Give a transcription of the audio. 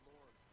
Lord